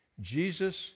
Jesus